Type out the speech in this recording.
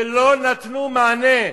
ולא נתנו מענה.